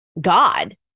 God